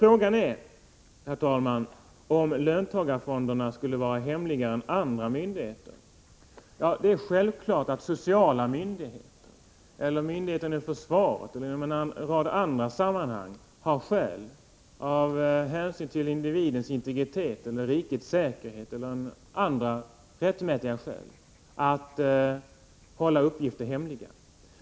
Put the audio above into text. Frågan är, herr talman, om löntagarfonder skall vara hemligare än andra myndigheter. Det är självklart att sociala myndigheter eller myndigheter inom försvaret och i en rad andra sammanhang har skäl — hänsyn till individens integritet eller rikets säkerhet och andra rättmätiga skäl — att hålla uppgifter hemliga.